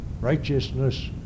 Righteousness